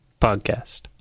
Podcast